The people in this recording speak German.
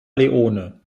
leone